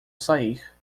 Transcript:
sair